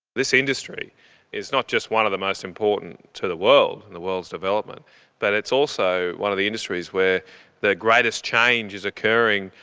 this industry is not just one of the most important to the world and the world's development but it's also one of the industries where the greatest change is occurring,